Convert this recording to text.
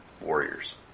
warriors